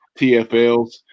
TFLs